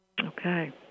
Okay